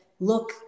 look